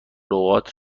لغات